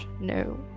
No